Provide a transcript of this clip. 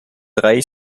drei